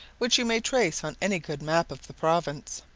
which you may trace on any good map of the province.